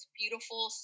beautiful